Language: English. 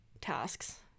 tasks